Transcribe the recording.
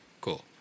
cool